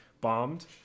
bombed